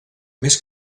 més